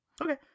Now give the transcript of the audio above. Okay